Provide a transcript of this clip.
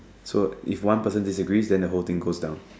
so if one person disagree then the whole thing goes down